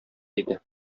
иде